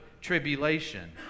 tribulation